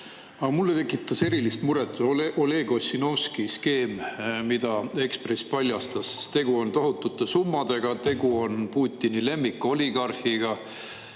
Mulle tekitab erilist muret Oleg Ossinovski skeem, mille [Eesti] Ekspress paljastas. Tegu on tohutute summadega, tegu on Putini lemmikoligarhiga.